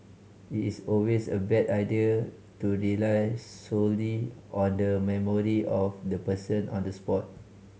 it is always a bad idea to rely solely on the memory of the person on the spot